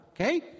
Okay